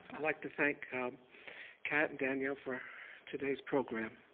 i'd like to thank kat and danyelle for today's program.